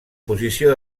posició